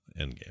Endgame